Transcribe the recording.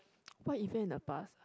what event in the past